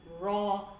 raw